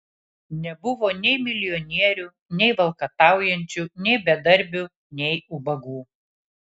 nebuvo nei milijonierių nei valkataujančių nei bedarbių nei ubagų